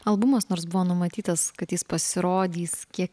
albumas nors buvo numatytas kad jis pasirodys kiek